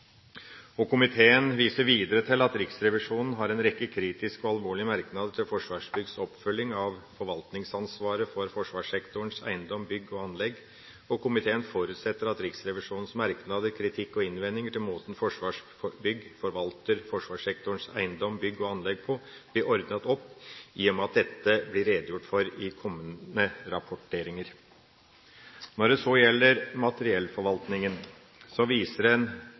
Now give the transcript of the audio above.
Komiteen viser videre til at Riksrevisjonen har en rekke kritiske og alvorlige merknader til Forsvarsbyggs oppfølging av forvaltningsansvaret for forsvarssektorens eiendom, bygg og anlegg. Komiteen forutsetter at Riksrevisjonens merknader, kritikk og innvendinger til måten Forsvarsbygg forvalter forsvarssektorens eiendom, bygg og anlegg på, blir ordnet opp i, og at dette blir redegjort for i kommende rapporteringer. Når det så gjelder materiellforvaltningen, viser